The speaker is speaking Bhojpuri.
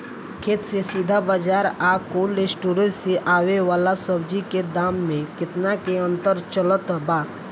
खेत से सीधा बाज़ार आ कोल्ड स्टोर से आवे वाला सब्जी के दाम में केतना के अंतर चलत बा?